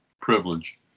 privilege